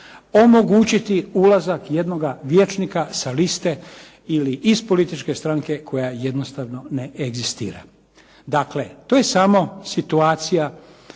omogućiti ulazak jednoga Vijećnika sa liste ili iz političke stranke koja jednostavno ne egzistira. Dakle, to je samo situacija